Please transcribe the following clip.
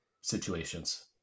situations